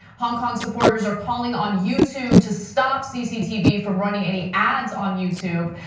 hong kong supporters are calling on youtube to stop cctv from running any ads on youtube.